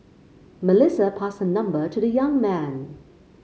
Melissa passed her number to the young man